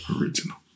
original